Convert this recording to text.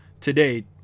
today